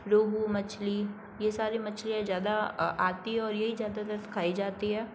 रोहू मछली यह सारी मछलियाँ ज़्यादा आ आती है और यही ज़्यादातर खाई जाती है